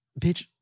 Bitch